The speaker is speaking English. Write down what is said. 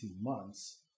months